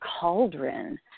cauldron